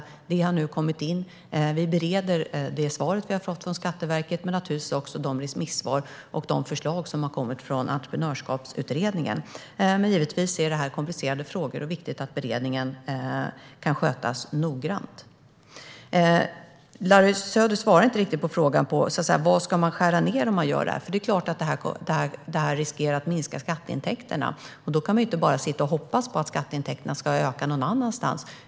Deras svar har nu kommit in, och vi bereder det och naturligtvis också de remissvar och de förslag som har kommit in från Entreprenörskapsutredningen. Givetvis är detta komplicerade frågor, och det är viktigt att beredningen kan skötas noggrant. Larry Söder svarade inte riktigt på frågan om vad man ska skära ned på. Det är klart att skatteintäkterna riskerar att minska, och då kan man inte bara sitta och hoppas på att skatteintäkterna ska öka någonstans.